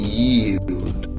yield